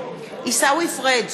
עיסאווי פריג'